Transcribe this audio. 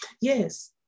Yes